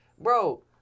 Bro